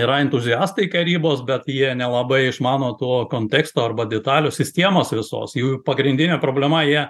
ir entuziastai karybos bet jie nelabai išmano to konteksto arba detalių sistemos visos jų pagrindinė problema jie